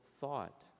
thought